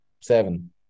seven